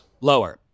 lower